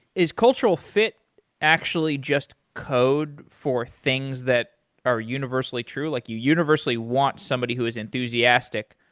is cultural fit actually just code for things that are universally true? like you universally want somebody who is enthusiastic,